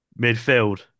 midfield